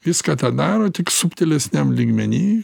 viską tą daro tik subtilesniam lygmeny